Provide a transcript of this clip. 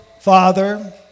father